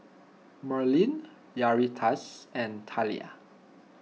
Merlin Yaritza and Thalia